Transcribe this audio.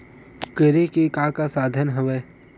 करे के का का साधन हवय?